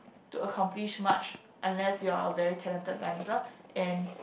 to accomplish much unless you're a very talented dancer and